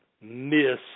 miss